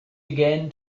again